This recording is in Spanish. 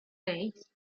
seis